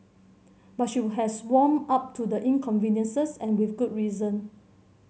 but she would has warmed up to the inconveniences and with good reason